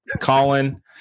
Colin